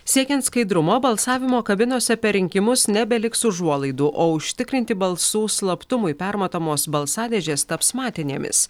siekiant skaidrumo balsavimo kabinose per rinkimus nebeliks užuolaidų o užtikrinti balsų slaptumui permatomos balsadėžės taps matinėmis